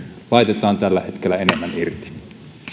laitetaan tällä hetkellä enemmän irti